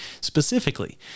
specifically